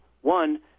One